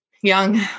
young